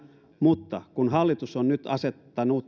mutta hallitus on nyt